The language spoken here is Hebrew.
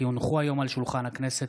כי הונחו היום על שולחן הכנסת,